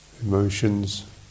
emotions